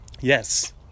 yes